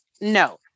No